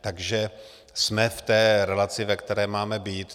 Takže jsme v té relaci, ve které máme být.